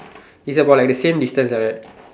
is about like the same distance like that